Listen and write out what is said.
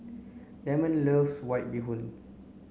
Lemon loves white bee hoon